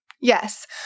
Yes